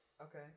Okay